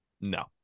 No